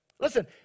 Listen